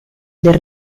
del